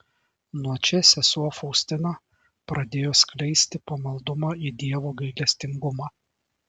nuo čia sesuo faustina pradėjo skleisti pamaldumą į dievo gailestingumą